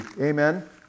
Amen